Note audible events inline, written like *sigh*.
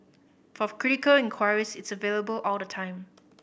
for *unintelligible* critical inquiries it's available all the time